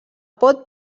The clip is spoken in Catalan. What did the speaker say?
pot